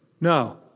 No